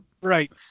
Right